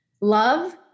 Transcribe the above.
Love